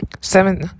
seven